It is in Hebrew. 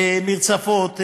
מרצפות,